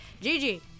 Gigi